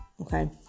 okay